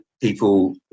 people